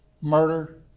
Murder